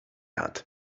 hat